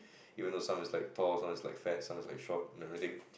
even though some was like tall some was like fat some was like short and everything